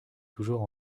toujours